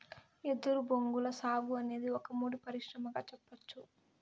ఎదురు బొంగుల సాగు అనేది ఒక ముడి పరిశ్రమగా సెప్పచ్చు